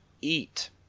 eat